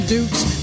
Duke's